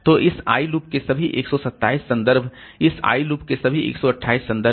तो इस i loop के सभी 127 संदर्भ इस i लूप के सभी 128 संदर्भ